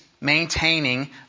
maintaining